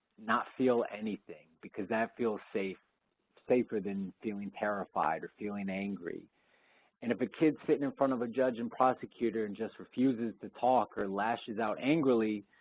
not feel anything because that feels safer safer than feeling terrified or feeling angry and if a kid's sitting in front of a judge and prosecutor and just refuses to talk or lashes out angrily,